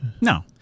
No